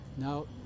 Now